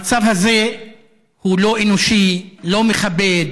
המצב הזה הוא לא אנושי, לא מכבד.